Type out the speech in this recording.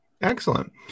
Excellent